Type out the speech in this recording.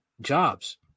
jobs